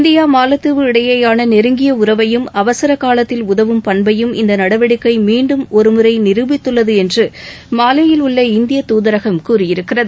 India மாலத்தீவு இடையேயான நெருங்கிய உறவையும் அவசரகாலத்தில் உதவும் பண்பையும் இந்த நடவடிக்கை மீண்டும் ஒருமுறை நிரூபித்துள்ளது என்று மாலேயில் உள்ள இந்தியத் தூதரகம் கூறியிருக்கிறது